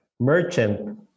merchant